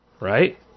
Right